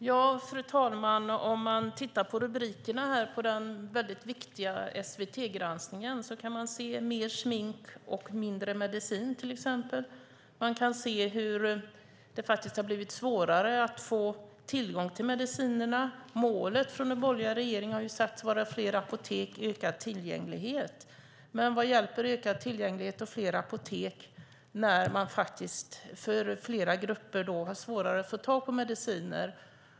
Fru talman! Om man tittar på rubrikerna när det gäller den väldigt viktiga SVT-granskningen kan man till exempel se rubriken Mer smink - mindre mediciner. Man kan se att det blivit svårare att få tillgång till mediciner. Målet för den borgerliga regeringen har ju sagts vara fler apotek och ökad tillgänglighet. Men vad hjälper ökad tillgänglighet och fler apotek när det för flera grupper blivit svårare att få tag i mediciner?